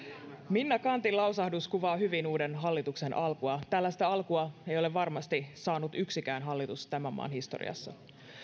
minna canthin lausahdus kuvaa hyvin uuden hallituksen alkua tällaista alkua ei ole varmasti saanut yksikään hallitus tämän maan historiassa